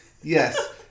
Yes